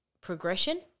progression